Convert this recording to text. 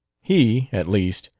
he, at least,